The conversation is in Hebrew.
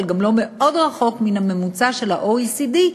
אבל לא מאוד רחוק מן הממוצע של ה-OECD,